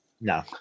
No